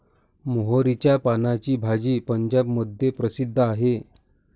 मोहरीच्या पानाची भाजी पंजाबमध्ये प्रसिद्ध आहे